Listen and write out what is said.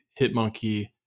Hitmonkey